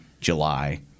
July